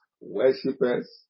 worshippers